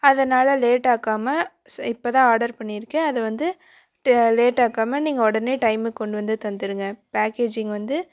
அதனால லேட்டாக்காமல் இப்போ தான் ஆடர் பண்ணியிருக்கேன் அதை வந்து லேட்டாக்காமல் நீங்கள் உடனே டைமுக்கு கொண்டு வந்து தந்துருங்க பேக்கேஜிங் வந்து